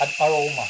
aroma